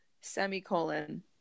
semicolon